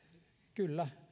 kyllä